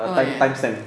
oh ya